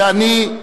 ואני,